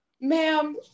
Ma'am